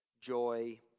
joy